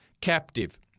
captive